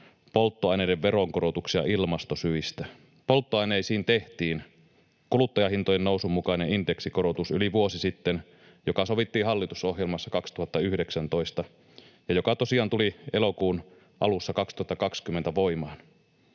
polttoaineiden veronkorotuksia ilmastosyistä. Polttoaineisiin tehtiin yli vuosi sitten kuluttajahintojen nousun mukainen indeksikorotus, joka sovittiin hallitusohjelmassa 2019 ja joka tosiaan tuli elokuun alussa 2020 voimaan.